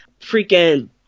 freaking